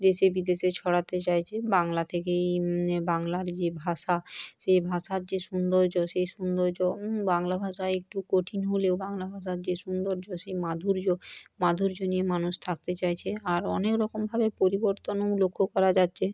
দেশে বিদেশে ছড়াতে চাইছে বাংলা থেকে বাংলার যে ভাষা সে ভাষার যে সৌন্দর্য সেই সৌন্দর্য বাংলা ভাষায় একটু কঠিন হলেও বাংলা ভাষার যে সৌন্দর্য সেই মাধুর্য মাধুর্য নিয়ে মানুষ থাকতে চাইছে আর অনেক রকমভাবে পরিবর্তনও লক্ষ্য করা যাচ্ছে